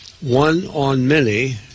one-on-many